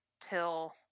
till